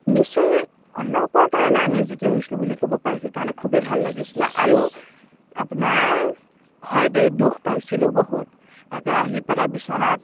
নিচেই অলপৰ কাৰণে আমি জিকি আহিছিলোঁ বুলি ক'ব পাৰি সেইকাৰণেই খুবেই ভাল লাগিছিলে আৰু আপোনাৰ হয় দেই দুখ পাইছিলোঁ বহুত একে আহি পেলাই বিচনাত